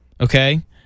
Okay